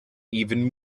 even